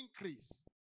increase